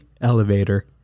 elevator